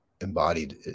embodied